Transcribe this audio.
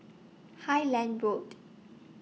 Highland Road